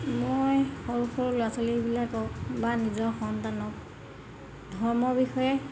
মই সৰু সৰু ল'ৰা ছোৱালীবিলাকক বা নিজৰ সন্তানক ধৰ্মৰ বিষয়ে